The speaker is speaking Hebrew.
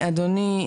קדימה".